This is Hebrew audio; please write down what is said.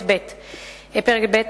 פרק ב',